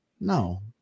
No